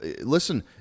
Listen